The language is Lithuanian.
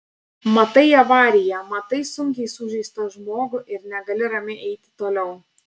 matai avariją matai sunkiai sužeistą žmogų ir negali ramiai eiti toliau